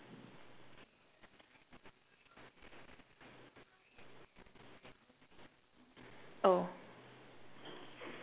oh